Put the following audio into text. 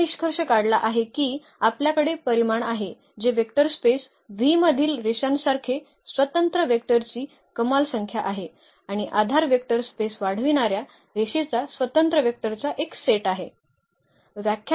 तर असा निष्कर्ष काढला आहे की आपल्याकडे परिमाण आहे जे वेक्टर स्पेस V मधील रेषांसारखे स्वतंत्र वेक्टरची कमाल संख्या आहे आणि आधार वेक्टर स्पेस वाढविणार्या रेषेचा स्वतंत्र वेक्टरचा एक सेट आहे